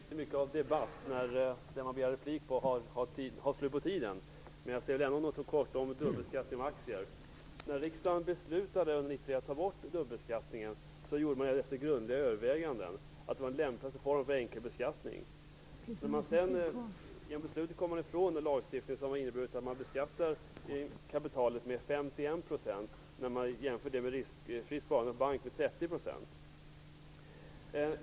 Fru talman! Det blir inte mycket av debatt då den man begär replik på har slut på taletiden. Men jag skall ändå säga något kort om dubbelbeskattningen av aktier. När riksdagen beslutade år 1990 att ta bort dubbelbeskattningen gjorde man det efter grundliga överväganden. Det var lämpligt att få en enkelbeskattning. Men sedan kom man genom ett beslut ifrån den lagstiftningen, vilket inneburit att man beskattar sådant kapital med 51 %, jämfört med 30 % skatt på risksparande i bank.